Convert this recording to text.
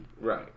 Right